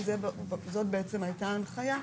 כי זאת הייתה ההנחייה,